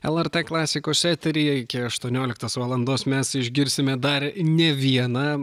lrt klasikos eteryje iki aštuonioliktos valandos mes išgirsime dar ne vieną